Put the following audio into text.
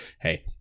hey